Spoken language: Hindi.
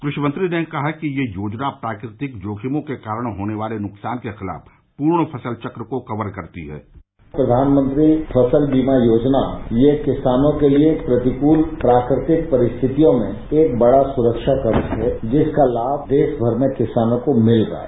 कृषि मंत्री ने कहा कि यह योजना प्राकृतिक जोखिमों के कारण होने वाले नुकसान के खिलाफ पूर्ण फसल चक्र को कवर करती है प्रधानमंत्री फसल बीमा योजना ये किसानों के लिए प्रतिकूल प्रत्येक परिस्थातियों में एक बढ़ा सुरखा कवच है जिसका ताम देशभर में किसानों को मिल रहा है